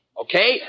Okay